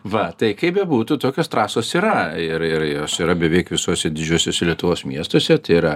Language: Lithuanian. va tai kaip bebūtų tokios trasos yra ir ir jos yra beveik visuose didžiuosiuose lietuvos miestuose tai yra